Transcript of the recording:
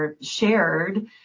shared